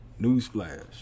newsflash